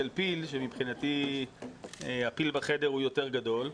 פיל כאשר מבחינתי הפיל בחדר הוא יותר גדול.